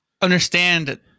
understand